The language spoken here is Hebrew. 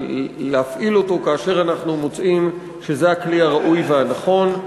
ולהפעיל אותו כאשר אנחנו מוצאים שזה הכלי הראוי והנכון,